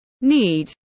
need